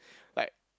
like